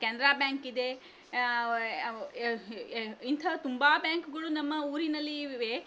ಕೆನ್ರಾ ಬ್ಯಾಂಕಿದೆ ಯಾವ ಯಾವ ಇಂಥ ತುಂಬ ಬ್ಯಾಂಕುಗಳು ನಮ್ಮ ಊರಿನಲ್ಲಿ ಇವೆ